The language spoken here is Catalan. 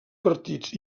partits